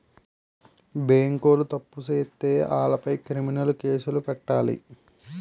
బేంకోలు తప్పు సేత్తే ఆలపై క్రిమినలు కేసులు పెట్టాలి